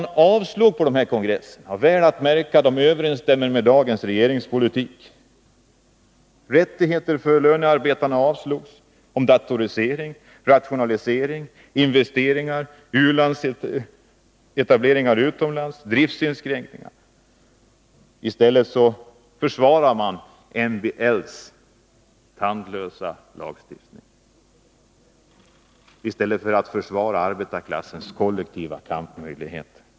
De här kongresserna avslog — väl att märka i överensstämmelse med dagens regeringspolitik — rättigheter för lönearbetarna när det gäller inflytande på datorisering, rationaliseringar, investeringar, utlandsetableringar och driftsinskränkningar. Man försvarade MBL:s tandlösa lagstiftning i stället för att försvara arbetarklassens möjligheter att bedriva en kollektiv kamp.